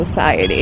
Society